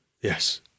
yes